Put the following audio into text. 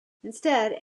instead